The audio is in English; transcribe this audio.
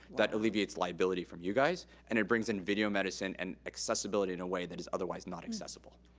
that alleviates liability from you guys, and it brings in video medicine and accessibility in a way that is otherwise not accessible.